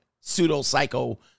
pseudo-psycho